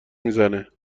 میزنه